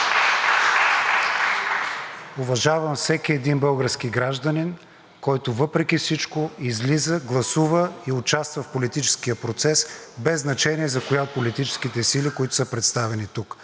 Уважавам всеки един български гражданин, който въпреки всичко излиза, гласува и участва в политическия процес, без значение за коя от политическите сили, които са представени тук.